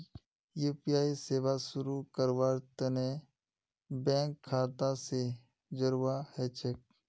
UPI सेवा शुरू करवार तने बैंक खाता स जोड़वा ह छेक